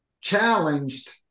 challenged